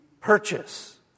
purchase